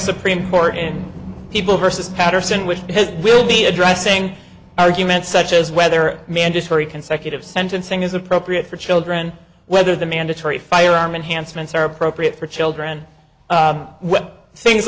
supreme court in people versus paterson which will be addressing arguments such as whether mandatory consecutive sentencing is appropriate for children whether the mandatory firearm enhanced ments are appropriate for children with things